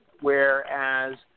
whereas